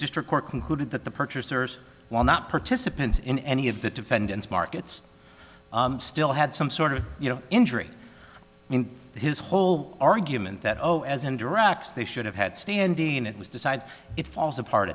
district court concluded that the purchasers while not participants in any of the defendants markets still had some sort of you know injury in his whole argument that oh as and directs they should have had standing it was decide it falls apart